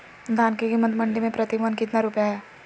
धान के कीमत मंडी में प्रति मन कितना रुपया हाय?